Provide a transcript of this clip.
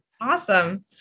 awesome